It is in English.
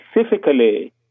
specifically